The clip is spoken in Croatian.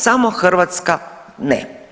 Samo Hrvatska ne.